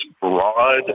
broad-